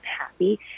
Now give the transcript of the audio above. happy